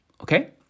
okay